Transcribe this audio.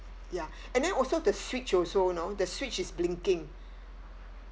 ya and then also the switch also you know the switch is blinking